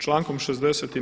Člankom 60.